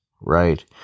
right